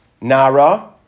Nara